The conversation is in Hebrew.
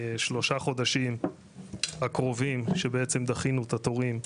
בשלושה חודשים הקרובים שבעצם דחינו את התורים,